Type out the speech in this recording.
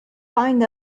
find